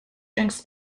drinks